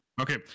Okay